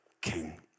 king